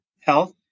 health